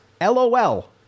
LOL